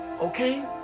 Okay